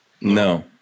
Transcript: No